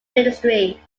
ministry